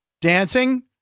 dancing